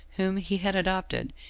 whom he had adopted,